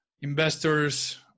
investors